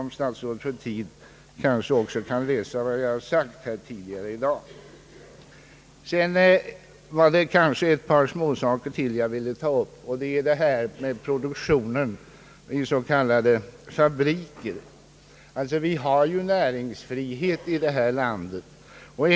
Om statsrådet får tid kan statsrådet kanske läsa även vad jag har sagt tidigare i dag. Jag vill ta upp ytterligare ett par småsaker och då först produktionen i s.k. fabriker. Näringsfrihet råder i detta land.